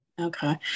Okay